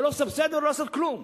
ולא לסבסד ולא לעשות כלום.